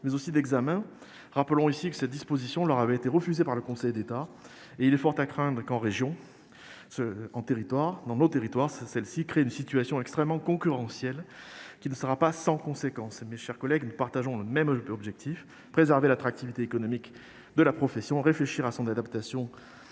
mais aussi d'examen. Rappelons ici que cette disposition leur avait été refusée par le Conseil d'État. Il est fort à craindre que cette disposition ne crée dans nos territoires une situation extrêmement concurrentielle, laquelle ne sera pas sans conséquence. Mes chers collègues, nous partageons le même objectif. Il s'agit de préserver l'attractivité économique de la profession et de réfléchir à son adaptation